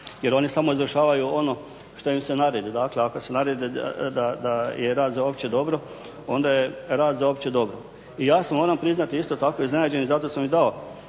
jer oni samo izvršavaju ono što im se naredi. Dakle, ako se naredi da je rad za opće dobro onda je rad za opće dobro. I ja sam moram priznati isto tako iznenađen i zato sam i dao